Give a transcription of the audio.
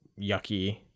yucky